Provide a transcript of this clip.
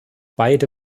beide